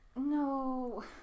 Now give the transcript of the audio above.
No